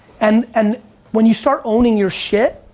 and and when you start owning your shit,